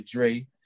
Dre